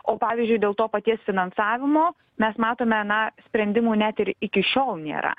o pavyzdžiui dėl to paties finansavimo mes matome na sprendimų net ir iki šiol nėra